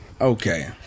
Okay